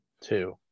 Two